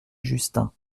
justin